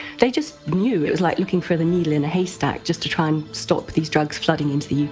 they just, knew it was like looking for the needle in a haystack just to try and stop these drugs flooding into the uk.